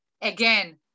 again